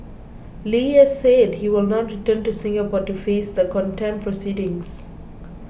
Li has said he will not return to Singapore to face the contempt proceedings